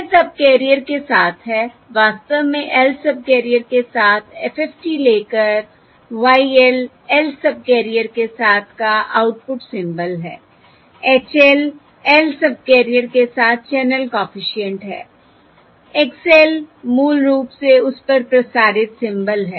यह सबकेरियर के साथ है वास्तव में lth सबकैरियर के साथ FFT लेकर Y l lth सबकैरियर के साथ का आउटपुट सिंबल है H l lth सबकेरियर के साथ चैनल कॉफिशिएंट है X l मूल रूप से उस पर प्रसारित सिंबल है